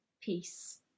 peace